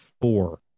four